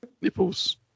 Nipples